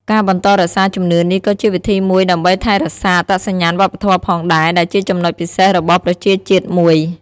ការបន្តរក្សាជំនឿនេះក៏ជាវិធីមួយដើម្បីថែរក្សាអត្តសញ្ញាណវប្បធម៌ផងដែរ ដែលជាចំណុចពិសេសរបស់ប្រជាជាតិមួយ។